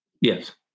Yes